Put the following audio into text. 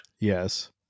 Yes